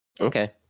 Okay